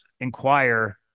inquire